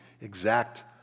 exact